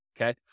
okay